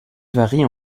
varie